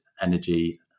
energy